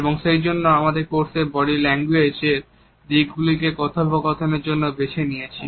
এবং সেইজন্য এই কোর্সে আমরা বডি ল্যাঙ্গুয়েজ এর যে দিক গুলি কে এই কথোপকথনের জন্য বেছে নিয়েছি